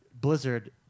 Blizzard